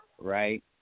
right